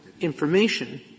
information